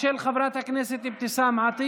של חברת הכנסת אבתיסאם מראענה.